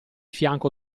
fianco